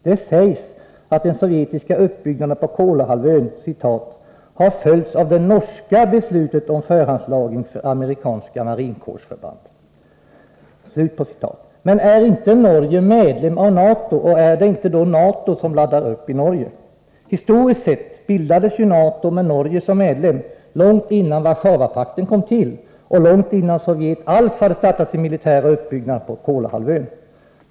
Det sägs att den sovjetiska uppbyggnaden på Kolahalvön ”har följts av det norska beslutet om förhandslagring ——— för amerikanska marinkårsförband”. Men är inte Norge medlem av NATO och är det inte då NATO som laddar upp i Norge? Historiskt sett bildades ju NATO — med Norge som medlem — långt innan Warszawapakten kom till och långt innan Sovjet över huvud taget hade startat sin militära uppbyggnad på Kolahalvön.